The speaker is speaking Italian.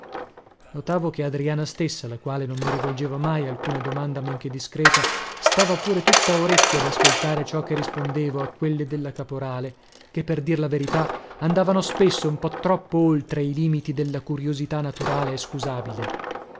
notavo che adriana stessa la quale non mi rivolgeva mai alcuna domanda men che discreta stava pure tutta orecchi ad ascoltare ciò che rispondevo a quelle della caporale che per dir la verità andavano spesso un po troppo oltre i limiti della curiosità naturale e scusabile